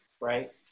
right